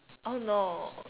oh no